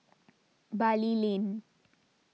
Bali Lane